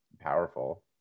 powerful